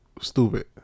stupid